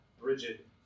Bridget